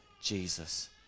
Jesus